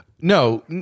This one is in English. no